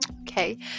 Okay